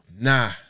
Nah